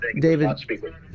David